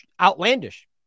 outlandish